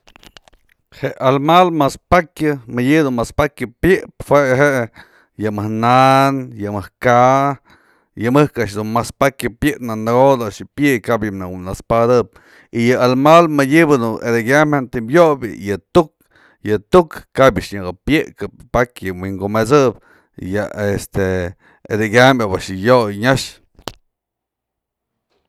je almal mas pakya, mëdyë mas pakya pyëpë jue je, yë mëjk na'an, yë mëjk ka'a, yë mëjk a'ax dun mas pakya pyëpë, në nëkodë a'ax yë pyëyi'ik, kap yë nëkë naxpadëp y yë almal mëdyëbë du edekyam jantëm yo'opë yë tu'uk, yë tu'uk kap yë nyaka pyëkëp pakya yë wi'inkumet'sëp yë este edekyam a'ax yë yobë yo'oy nyax.